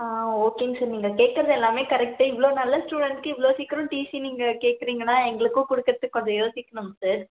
ஆ ஆ ஓகேங்க சார் நீங்கள் கேட்கறது எல்லாமே கரெக்ட்டு இவ்வளோ நல்ல ஸ்டூடெண்ட்ஸ்க்கு இவ்வளோ சீக்கரம் டிசி நீங்கள் கேட்கறீங்கன்னா எங்களுக்கும் கொடுக்குறத்துக்கு கொஞ்சம் யோசிக்கணும் சார்